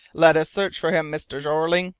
let us search for him, mr. jeorling!